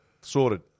Sorted